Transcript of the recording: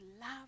love